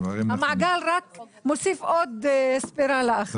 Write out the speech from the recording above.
המעגל רק מוסיף עוד ספירלה אחת.